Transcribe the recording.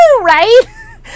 right